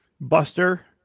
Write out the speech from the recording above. Buster